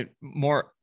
more